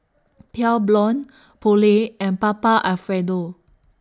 Pure Blonde Poulet and Papa Alfredo